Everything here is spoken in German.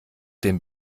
den